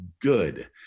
good